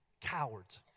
Cowards